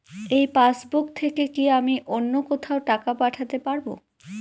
এই পাসবুক থেকে কি আমি অন্য কোথাও টাকা পাঠাতে পারব?